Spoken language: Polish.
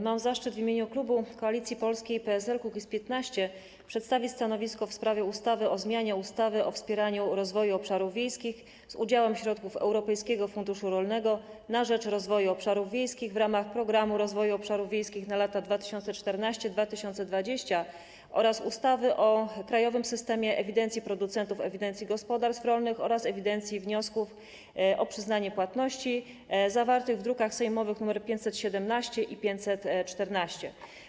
Mam zaszczyt w imieniu klubu Koalicji Polskiej - PSL - Kukiz15 przedstawić stanowisko w sprawie ustawy o zmianie ustawy o wspieraniu rozwoju obszarów wiejskich z udziałem środków Europejskiego Funduszu Rolnego na rzecz Rozwoju Obszarów Wiejskich w ramach Programu Rozwoju Obszarów Wiejskich na lata 2014–2020 oraz ustawy o krajowym systemie ewidencji producentów, ewidencji gospodarstw rolnych oraz ewidencji wniosków o przyznanie płatności, zawartych w drukach sejmowych nr 517 i 514.